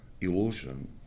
illusion